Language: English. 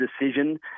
decision